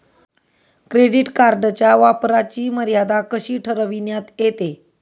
Credit कार्डच्या वापराची मर्यादा कशी ठरविण्यात येते?